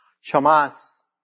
Shamas